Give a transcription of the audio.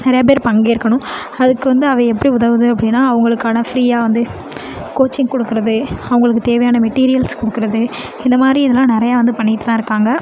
நிறையா பேர் பங்கேற்கணும் அதுக்கு வந்து அது எப்படி உதவுது அப்படின்னா அவங்களுக்கான ஃப்ரீயாக வந்து கோச்சிங் கொடுக்குறது அவங்களுக்கு தேவையான மெட்டீரியல்ஸ் கொடுக்குறது இந்தமாதிரி இதுலாம் நிறையா வந்து பண்ணிக்கிட்டு தான் இருக்காங்க